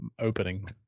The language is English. opening